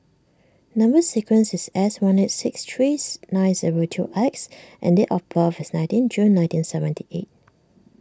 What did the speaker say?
Number Sequence is S one eight six trees nine zero two X and date of birth is nineteen June nineteen seventy eight